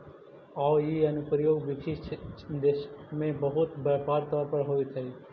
आउ इ अनुप्रयोग विकसित देश में बहुत व्यापक तौर पर होवित हइ